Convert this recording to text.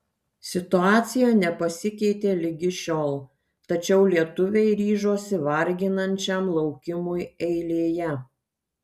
situacija nepasikeitė ligi šiol tačiau lietuviai ryžosi varginančiam laukimui eilėje